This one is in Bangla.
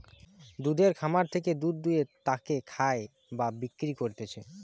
দুধের খামার থেকে দুধ দুয়ে তাকে খায় বা বিক্রি করতিছে